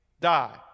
die